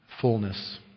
Fullness